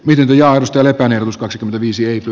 lilja arvosteli penevos kaksikymmentäviisiöity